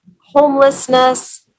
homelessness